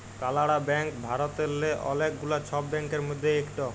কালাড়া ব্যাংক ভারতেল্লে অলেক গুলা ছব ব্যাংকের মধ্যে ইকট